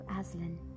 Aslan